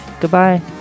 Goodbye